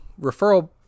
referral